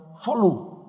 follow